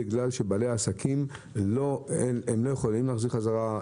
בגלל שבעלי עסקים לא יכולים להחזיר חזרה,